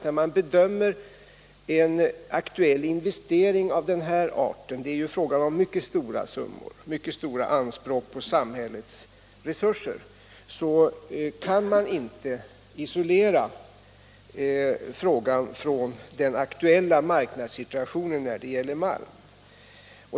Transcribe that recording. När man bedömer en investering av den här arten — det är fråga om mycket stora summor, mycket stora anspråk på samhällets resurser — kan man inte isolera den frågan från den aktuella marknadssituationen när det gäller malm.